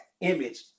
image